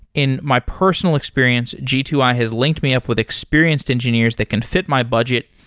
in my personal experience, g two i has linked me up with experienced engineers that can fit my budget,